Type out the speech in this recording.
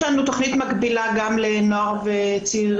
יש לנו תכנית מקבילה גם לנוער ולנערות